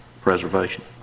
preservation